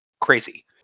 crazy